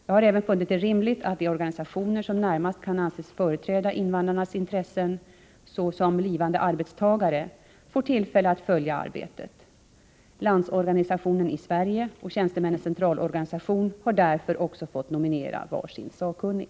Jag har även funnit det rimligt att de organisationer som närmast kan anses företräda invandrarnas intressen, såsom blivande arbetstagare, får tillfälle att följa arbetet. Landsorganisationen i Sverige och Tjänstemännens centralorganisation har därför också fått nominera var sin sakkunnig.